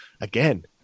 again